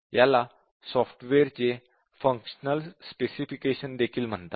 याला सॉफ्टवेअरचे functional specification देखील म्हणतात